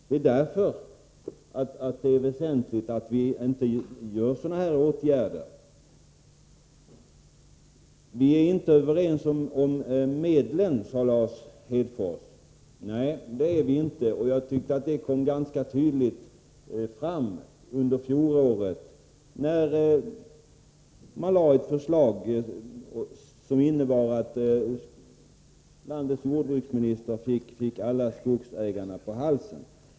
Det är därför väsentligt att vi inte vidtar sådana här åtgärder. Vi är inte överens om medlen, sade Lars Hedfors. Nej, det är vi inte. Jag tyckte att det kom fram ganska tydligt under fjolåret, när regeringen lade fram ett förslag som ledde till att landets jordbruksminister fick alla skogsägare på halsen.